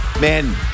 men